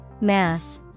math